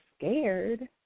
scared